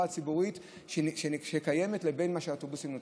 הציבורית שקיימת לבין מה שהאוטובוסים נותנים.